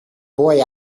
boy